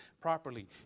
properly